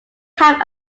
have